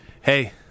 hey